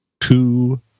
Two